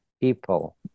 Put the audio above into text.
people